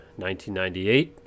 1998